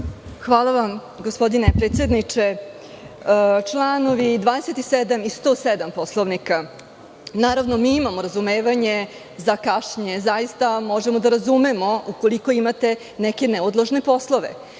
Hvala vam, gospodine predsedniče. Članovi 27. i 107. Poslovnika. Naravno, mi imamo razumevanje za kašnjenje zaista, ali možemo da razumemo ukoliko imate neke neodložne poslove.